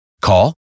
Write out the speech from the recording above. Call